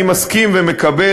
אני מסכים ומקבל,